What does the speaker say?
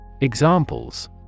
Examples